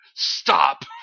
Stop